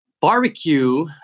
Barbecue